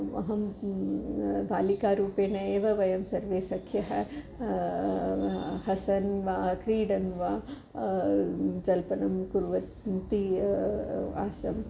अहं बालिकारूपेण एव वयं सर्वे सख्यः हसन् वा क्रीडन् वा जल्पनं कुर्वन्ति आसम्